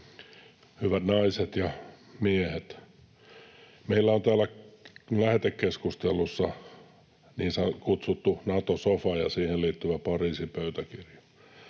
Hyvät naiset ja miehet! Meillä on täällä lähetekeskustelussa niin kutsuttu Nato-sofa ja siihen liittyvä Pariisin pöytäkirja.